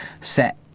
set